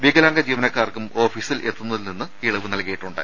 വികലാംഗ ജീവക്കാർക്കും ഓഫീസിൽ എത്തുന്നതിൽ നിന്ന് ഇളവ് നൽകിയിട്ടുണ്ട്